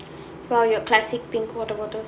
!wow! your classic pink water bottle